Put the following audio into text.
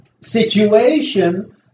situation